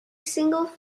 single